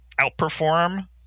outperform